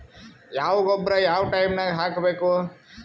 ಯಾವ ಗೊಬ್ಬರ ಯಾವ ಟೈಮ್ ನಾಗ ಹಾಕಬೇಕು?